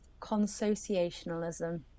consociationalism